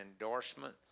endorsement